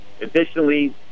additionally